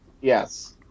Yes